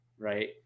right